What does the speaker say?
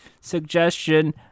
suggestion